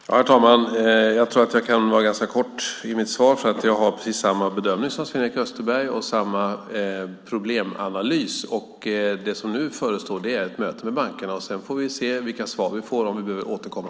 Herr talman! Jag tror att jag kan vara ganska kort i mitt svar, för jag gör precis samma bedömning och samma problemanalys som Sven-Erik Österberg. Det som nu förestår är ett möte med bankerna. Sedan får vi se vilka svar vi får och om vi behöver återkomma.